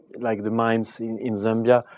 like the mines in in zambia.